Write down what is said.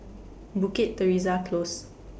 Bukit Teresa Close